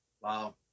Wow